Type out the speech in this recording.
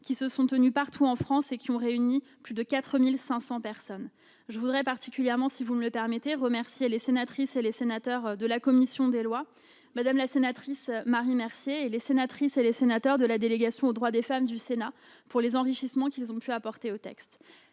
qui se sont tenus partout en France et qui ont réuni plus de 4 500 personnes. Je voudrais particulièrement remercier les sénatrices et les sénateurs de la commission des lois, notamment Mme la rapporteure, Marie Mercier, ainsi que les sénatrices et les sénateurs de la délégation aux droits des femmes du Sénat pour les enrichissements qu'ils ont pu apporter au texte.